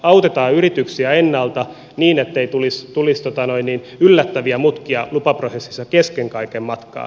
autetaan yrityksiä ennalta niin ettei tulisi yllättäviä mutkia lupaprosessissa kesken kaiken matkaa